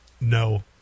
no